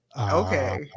Okay